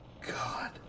God